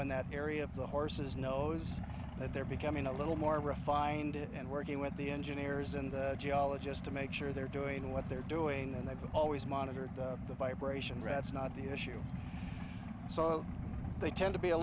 in that area of the horse's nose that they're becoming a little more refined and working with the engineers and geologists to make sure they're doing what they're doing and i've always monitored the vibration rats not the issue so they tend to be a